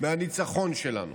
מהניצחון שלנו.